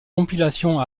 compilation